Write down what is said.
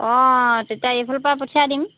অঁ তেতিয়া এইফালৰপৰা পঠিয়াই দিম